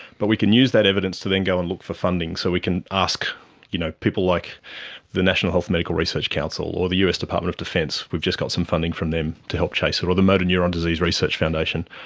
but we can use that evidence to then go and look for funding. so we can ask you know people like the national health and medical research council or the us department of defence, we've just got some funding from them to help chase it, or the motor neuron disease research foundation.